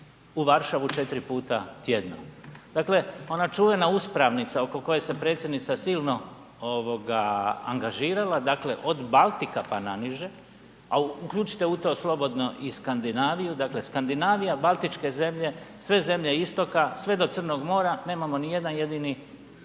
u Varšavu 4 puta tjedno. Dakle, ona čuvena uspravnica oko koje se Predsjednica silno angažirala, dakle od Baltika pa naniže, a uključite u to slobodno i Skandinaviju, dakle Skandinavija, baltičke zemlje, sve zemlje istoka, sve do Crnog mora, nemamo nijedan jedini